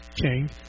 King